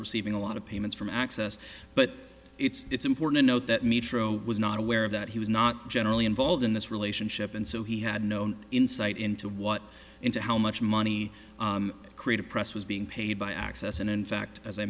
receiving a lot of payments from access but it's important to note that mito was not aware of that he was not generally involved in this relationship and so he had known insight into what into how much money created press was being paid by access and in fact as i